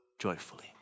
joyfully